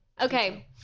okay